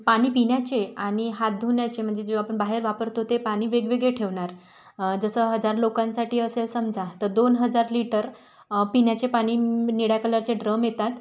पाणी पिण्याचे आणि हात धुण्याचे म्हणजे जे आपण बाहेर वापरतो ते पाणी वेगवेगळे ठेवणार जसं हजार लोकांसाठी असेल समजा तर दोन हजार लिटर पिण्याचे पाणी निळ्या कलरचे ड्रम येतात